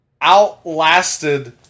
outlasted